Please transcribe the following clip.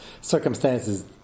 circumstances